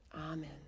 Amen